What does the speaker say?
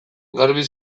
garbi